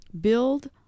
build